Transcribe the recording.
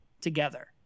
together